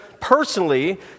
personally